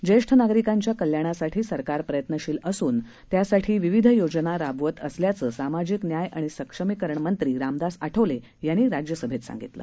ज्येष्ठ नागरिकांच्या कल्याणासाठी सरकार प्रयत्नशील असून त्यासाठी विविध योजना राबवत असल्याचं सामाजिक न्याय आणि सक्षमीकरणमंत्री रामदास आठवले यांनी राज्यसभेत सांगितलं